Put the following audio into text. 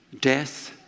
death